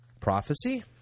prophecy